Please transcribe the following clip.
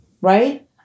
right